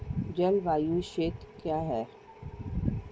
जलवायु क्षेत्र क्या है?